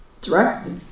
Directly